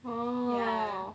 oh